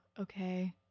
okay